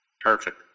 Perfect